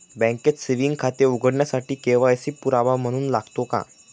बँकेत सेविंग खाते उघडण्यासाठी के.वाय.सी पुरावा म्हणून लागते का?